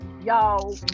y'all